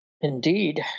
Indeed